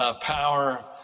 power